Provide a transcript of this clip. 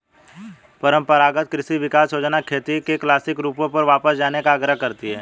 परम्परागत कृषि विकास योजना खेती के क्लासिक रूपों पर वापस जाने का आग्रह करती है